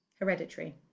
Hereditary